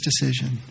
decision